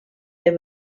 del